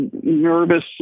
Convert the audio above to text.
nervous